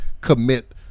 commit